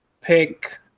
pick